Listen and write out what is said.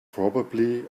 probably